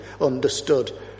understood